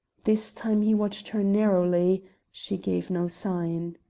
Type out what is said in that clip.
this time he watched her narrowly she gave no sign.